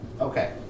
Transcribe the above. Okay